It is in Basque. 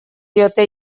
diote